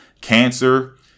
cancer